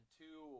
two